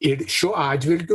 ir šiuo atžvilgiu